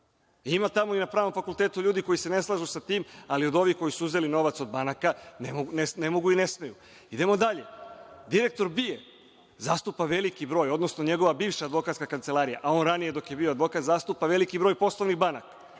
Ima tamo na pravnom fakultetu ljudi koji se ne slažu sa tim, ali ovi koji su uzeli novac od banaka ne mogu i ne smeju. Idemo dalje. Direktor BIA zastupa veliki broj, odnosno njegova bivša advokatska kancelarija, a dok je on ranije bio advokat, zastupa veliki broj poslovnih banaka